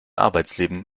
arbeitsleben